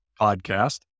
podcast